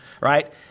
right